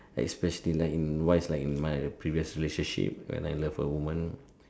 especially like wise in my previous relationship where I left a woman